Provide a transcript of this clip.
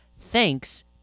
thanks